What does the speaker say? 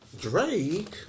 Drake